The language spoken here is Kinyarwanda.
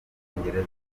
bwongereza